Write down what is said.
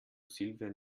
silvana